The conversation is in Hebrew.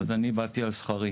אז אני באתי על שכרם.